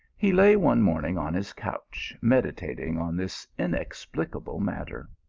he lay one morning on his couch meditating on this inexplicable matter.